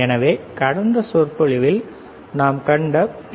எனவே கடந்த சொற்பொழிவில் நாம் கண்ட பி